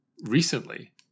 recently